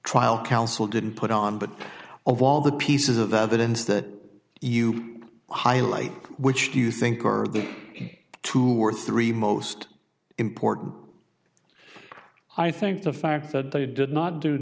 trial counsel didn't put on but of all the pieces of that that instead you highlight which do you think are the two or three most important i think the fact that they did not do